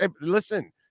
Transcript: listen